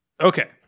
Okay